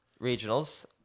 regionals